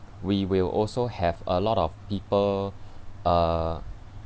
we will also have a lot of people uh